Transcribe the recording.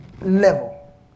level